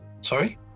Sorry